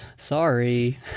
Sorry